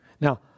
Now